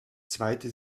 zweite